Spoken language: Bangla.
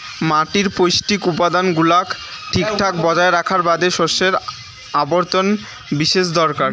মাটির পৌষ্টিক উপাদান গুলাক ঠিকঠাক বজায় রাখার বাদে শস্যর আবর্তন বিশেষ দরকার